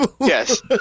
Yes